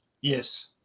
Yes